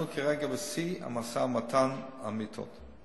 אנחנו כרגע בשיא המשא-ומתן על מיטות.